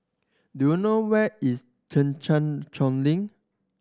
do you know where is Thekchen Choling